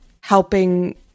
helping